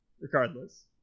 Regardless